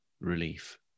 relief